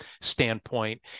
standpoint